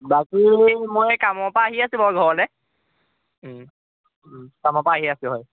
বাকী মই কামৰ পৰা আহি আছোঁ বাৰু ঘৰলে কামৰ পৰা আহি আছোঁ হয়